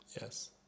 yes